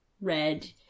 Red